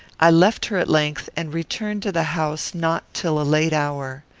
i left her at length, and returned to the house not till a late hour.